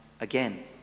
again